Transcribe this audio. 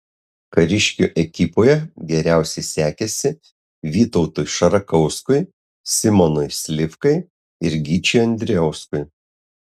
kariškių ekipoje geriausiai sekėsi vytautui šarakauskui simonui slivkai ir gyčiui andrijauskui